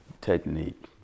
technique